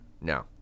No